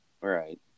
right